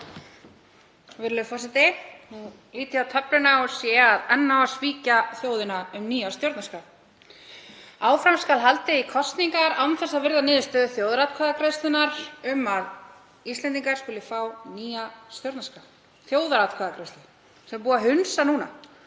Virðulegur forseti. Nú lít ég á töfluna og sé að enn á að svíkja þjóðina um nýja stjórnarskrá. Áfram skal haldið í kosningar án þess að virða niðurstöðu þjóðaratkvæðagreiðslunnar um að Íslendingar skuli fá nýja stjórnarskrá, þjóðaratkvæðagreiðslu sem búið að hunsa núna